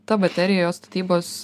ta baterijos statybos